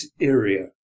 area